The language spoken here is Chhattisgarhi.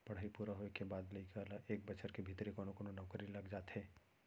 पड़हई पूरा होए के बाद लइका ल एक बछर के भीतरी कोनो कोनो नउकरी लग जाथे